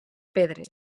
pedres